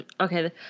okay